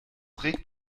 regt